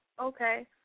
Okay